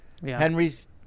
Henry's